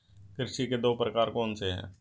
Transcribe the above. कृषि के दो प्रकार कौन से हैं?